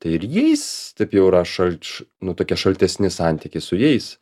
tai ir jais taip jau yra šalč nu tokie šaltesni santykiai su jais